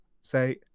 say